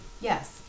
Yes